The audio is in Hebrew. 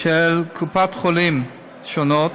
של קופות חולים שונות,